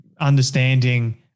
understanding